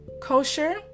kosher